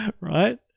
right